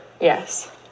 Yes